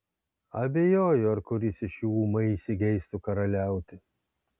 abejoju ar kuris iš jų ūmai įsigeistų karaliauti